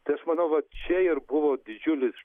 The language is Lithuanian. tai aš manau va čia ir buvo didžiulis